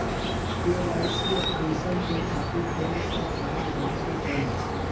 KYC updation के खातिर कौन सा फारम भरे के पड़ी?